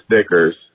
stickers